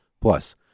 Plus